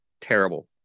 terrible